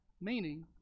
meaning